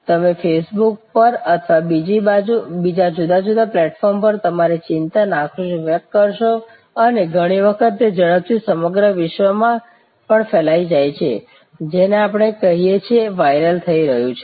તમે Facebook પર અથવા બીજા જુદા જુદા પ્લેટફોર્મ પર તમારી ચિંતા નાખુશી વ્યક્ત કરશો અને ઘણી વખત તે ઝડપથી સમગ્ર વિશ્વમાં પણ ફેલાઈ જાય છે જેને આપણે કહીએ છીએ વાયરલ થઈ રહ્યું છે